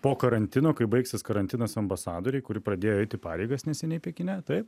po karantino kai baigsis karantinas ambasadorė kuri pradėjo eiti pareigas neseniai pekine taip